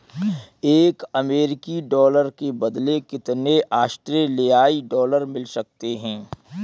एक अमेरिकी डॉलर के बदले कितने ऑस्ट्रेलियाई डॉलर मिल सकते हैं?